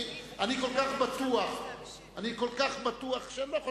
אני כל כך בטוח, שאני לא חושש.